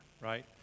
right